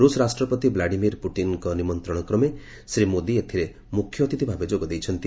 ରୁଷ୍ ରାଷ୍ଟ୍ରପତି ଭ୍ଲାଡିମିର ପୁଟିନ୍ଙ୍କ ନିମନ୍ତ୍ରଣକ୍ରମେ ଶ୍ରୀ ମୋଦି ଏଥିରେ ମୁଖ୍ୟଅତିଥି ଭାବେ ଯୋଗ ଦେଇଛନ୍ତି